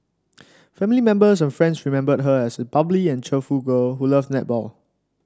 family members and friends remembered her as a bubbly and cheerful girl who loved netball